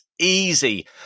easy